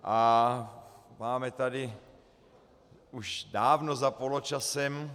A máme tady už dávno za poločasem.